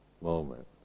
moment